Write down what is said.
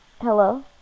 Hello